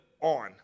on